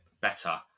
better